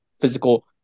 physical